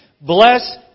bless